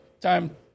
time